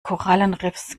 korallenriffs